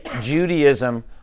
Judaism